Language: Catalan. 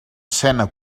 escena